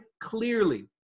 clearly